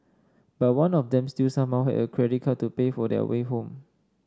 but one of them still somehow had a credit card to pay for their way home